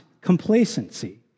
complacency